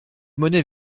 monnaies